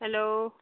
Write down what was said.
hello